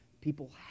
people